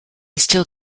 still